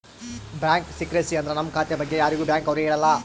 bank secrecy ಅಂದ್ರ ನಮ್ ಖಾತೆ ಬಗ್ಗೆ ಯಾರಿಗೂ ಬ್ಯಾಂಕ್ ಅವ್ರು ಹೇಳಲ್ಲ